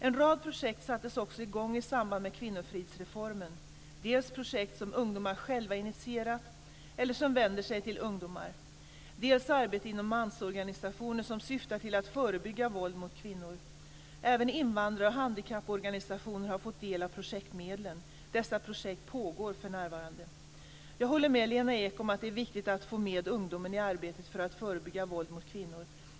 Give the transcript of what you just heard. En rad projekt sattes också i gång i samband med kvinnofridsreformen, dels projekt som ungdomar själva har initierat eller som vänder sig till ungdomar, dels arbete inom mansorganisationer som syftar till att förebygga våld mot kvinnor. Även invandrar och handikapporganisationer har fått del av projektmedlen. Dessa projekt pågår för närvarande. Jag håller med Lena Ek om att det är viktigt att få med ungdomen i arbetet för att förebygga våld mot kvinnor.